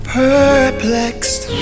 perplexed